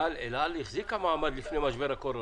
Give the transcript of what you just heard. אל על החזיקה מעמד לפני משבר הקורונה.